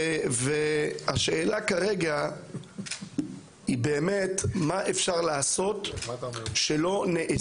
השאלה כרגע היא באמת מה אפשר לעשות שלנעשה.